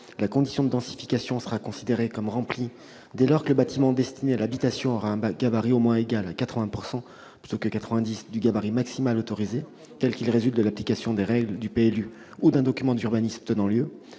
La condition de densification sera considérée comme remplie dès lors que le bâtiment destiné à l'habitation aura un gabarit au moins égal à 80 % du gabarit maximal autorisé, tel qu'il résulte de l'application des règles du plan local d'urbanisme ou d'un document d'urbanisme en tenant lieu.